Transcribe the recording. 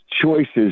choices